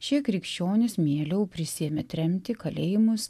šie krikščionys mieliau prisiėmė tremtį kalėjimus